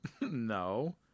No